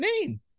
name